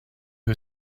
who